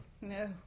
No